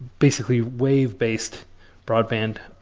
basically, wave based broadband.